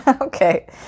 Okay